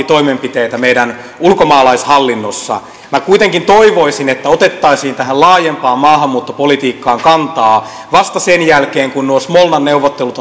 toimenpiteitä meidän ulkomaalaishallinnossa minä kuitenkin toivoisin että otettaisiin tähän laajempaan maahanmuuttopolitiikkaan kantaa vasta sen jälkeen kun nuo smolnan neuvottelut